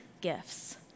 gifts